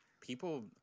people